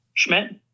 Schmidt